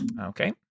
okay